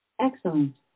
Excellent